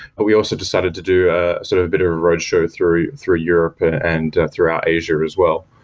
but we also decided to do sort of a bit of a roadshow through through europe and throughout asia as well.